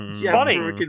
Funny